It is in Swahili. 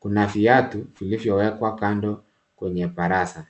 Kuna viatu vilivyowekwa kando kwenye baraza.